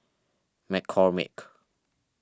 McCormick